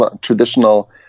traditional